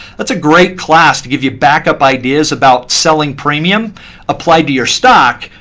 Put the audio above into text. that's a great class to give you backup ideas about selling premium applied to your stock.